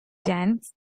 danes